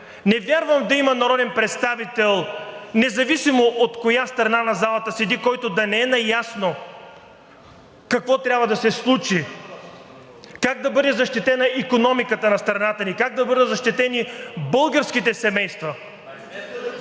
Не вярвам да има народен представител, независимо от коя страна на залата седи, който да не е наясно какво трябва да се случи, как да бъде защитена икономиката на страната ни, как да бъдат защитени българските семейства.